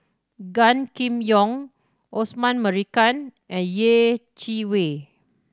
Gan Kim Yong Osman Merican and Yeh Chi Wei